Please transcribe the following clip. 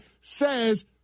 says